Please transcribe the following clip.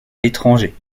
l’étranger